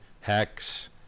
HEX